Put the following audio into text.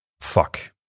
fuck